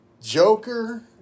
Joker